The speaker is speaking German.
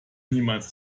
niemals